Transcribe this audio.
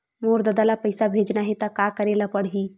मोर ददा ल पईसा भेजना हे त का करे ल पड़हि?